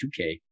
2K